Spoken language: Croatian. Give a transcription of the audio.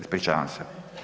Ispričavam se.